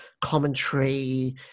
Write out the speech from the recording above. commentary